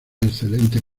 excelentes